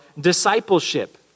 discipleship